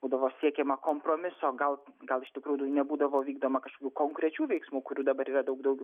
būdavo siekiama kompromiso gal gal iš tikrųjų nebūdavo vykdoma kažkokių konkrečių veiksmų kurių dabar yra daug daugiau